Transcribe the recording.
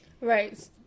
Right